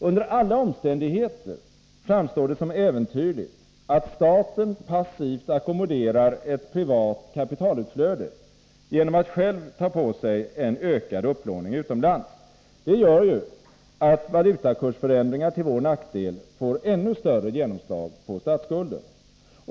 Under alla omständigheter framstår det som äventyrligt att staten passivt ackommoderar ett privat kapitalutflöde genom att själv ta på sig en ökad upplåning utomlands. Det gör ju att valutakursförändringar till vår nackdel får ännu större genomslag på statsskulden.